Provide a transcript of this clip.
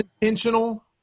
intentional